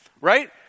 Right